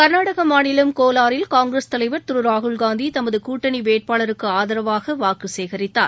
கர்நாடகமாநிலம் கோலாரில்காங்கிரஸ் தலைவர் திருராகுல்காந்திதமதுகூட்டணிவேட்பாளருக்குஆதரவாகவாக்குசேகரித்தார்